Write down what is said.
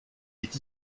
est